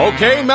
Okay